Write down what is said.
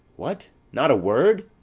what, not a word?